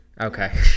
Okay